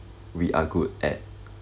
we are good at